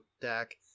deck